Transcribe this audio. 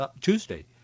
Tuesday